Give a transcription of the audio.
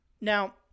Now